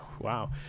wow